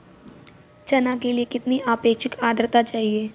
चना के लिए कितनी आपेक्षिक आद्रता चाहिए?